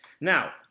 Now